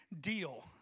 deal